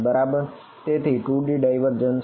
વિદ્યાર્થી 2D divergence